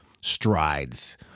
strides